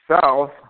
south